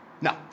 No